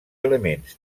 elements